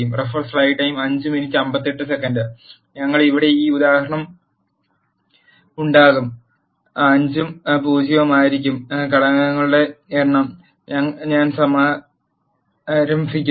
ഞങ്ങൾക്ക് ഇവിടെ ഒരു ഉദാഹരണം ഉണ്ടാകും 5 ഉം 0 ഉം ആയിരിക്കുന്ന ഘടകങ്ങളുടെ എണ്ണം ഞാൻ സമാരംഭിക്കുന്നു